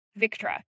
Victra